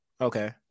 Okay